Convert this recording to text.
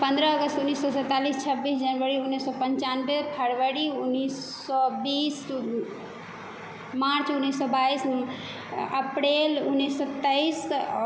पंद्रह अगस्त उन्नीस सए सैँतालिस छब्बीस जनवरी उन्नीस सए पनचानबे फरवरी उन्नीस सए बीस मार्च उन्नीस सए बाइस आ अप्रैल उन्नीस सए तैइस औ